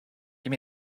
give